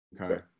Okay